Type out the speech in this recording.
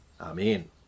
Amen